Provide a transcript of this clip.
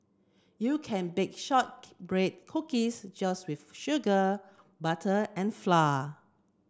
you can bake shortbread cookies just with sugar butter and flour